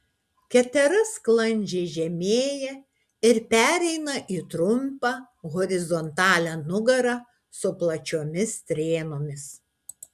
ketera sklandžiai žemėja ir pereina į trumpą horizontalią nugarą su plačiomis strėnomis